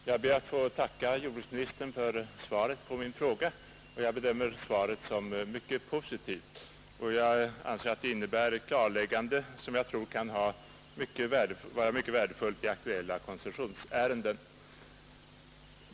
Herr talman! Jag ber att få tacka jordbruksministern för svaret på min fråga. Jag bedömer svaret som positivt och anser att det innebär ett klarläggande som kan vara mycket värdefullt i aktuella koncessionsärenden.